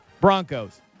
Broncos